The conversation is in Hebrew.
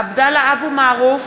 עבדאללה אבו מערוף,